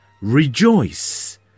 Rejoice